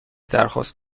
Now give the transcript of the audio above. درخواست